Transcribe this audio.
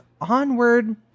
Onward